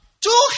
Two